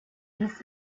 ließ